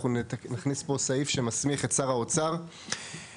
אנחנו נכניס פה סעיף שמסמיך את שר האוצר בהתייעצות